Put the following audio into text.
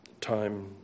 time